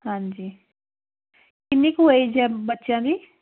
ਹਾਂਜੀ ਕਿੰਨੀ ਕੁ ਏਜ ਹੈ ਬੱਚਿਆਂ ਦੀ